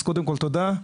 אז קודם כל תודה.